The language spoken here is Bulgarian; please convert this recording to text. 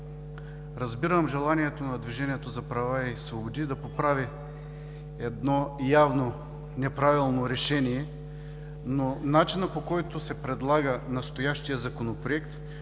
Разбирам желанието на „Движението за права и свободи“ да поправи едно явно неправилно решение, но начинът, по който се предлага настоящият Законопроект,